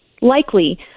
likely